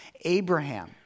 Abraham